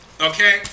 Okay